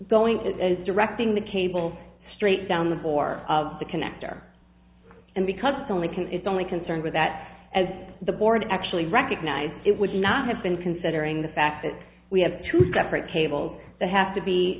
going to directing the cable straight down the bore of the connector and because they only can is only concerned with that as the board actually recognized it would not have been considering the fact that we have two separate cables that have to be